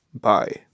Bye